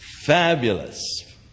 Fabulous